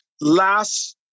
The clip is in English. last